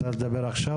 את רוצה לדבר עכשיו,